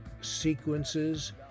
sequences